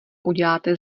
uděláte